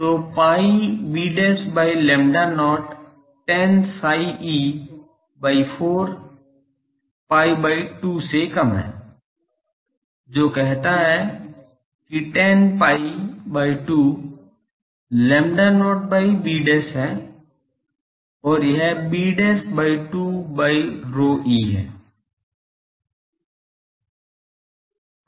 तो pi b by lambda not tan psi e by 4 pi by 2 से कम है जो कहता है कि tan pi by 2 lambda not by b है और यह b by 2 by ρe है